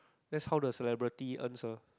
that's how the celebrity earns ah